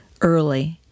early